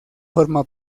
forma